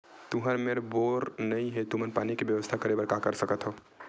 तुहर मेर बोर नइ हे तुमन पानी के बेवस्था करेबर का कर सकथव?